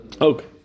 Okay